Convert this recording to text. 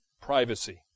privacy